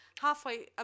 halfway